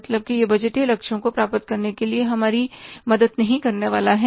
मतलब की यह बजटीय लक्ष्यों को प्राप्त करने के लिए हमारी मदद नहीं करने वाला है